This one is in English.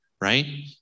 right